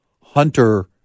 Hunter